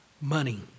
Money